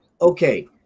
okay